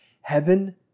heaven